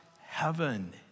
heaven